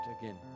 again